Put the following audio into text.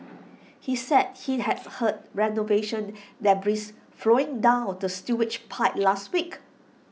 he said he had heard renovation debris flowing down the pipe last week